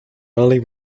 early